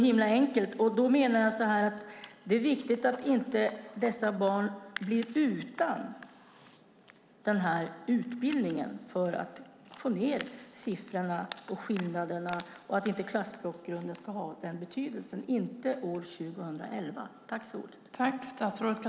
Jag menar att det är viktigt att dessa barn inte blir utan den utbildningen. Den är viktig för att få ned siffrorna och minska skillnaderna. Klassbakgrund ska inte ha betydelse, inte år 2011.